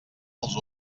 els